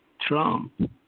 Trump